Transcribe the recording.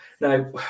Now